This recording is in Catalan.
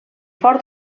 fort